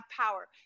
power